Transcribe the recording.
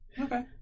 Okay